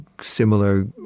similar